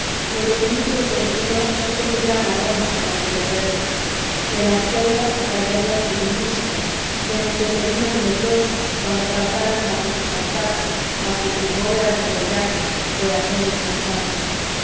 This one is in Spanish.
que los lirios del río no tendrían aromas para el perverso que las selvas acallarían sus músicas y enmudecerían medrosas cuando pasaran bajo sus arcadas bajo sus bóvedas de follaje corazones manchados